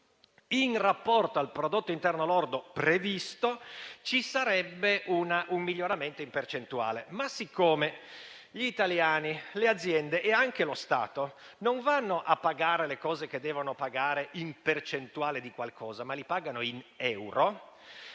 in rapporto al prodotto interno lordo previsto ci sarebbe un miglioramento in percentuale. Siccome, però, gli italiani, le aziende e anche lo Stato non pagano le cose che devono pagare in percentuale, ma in euro,